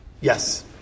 Yes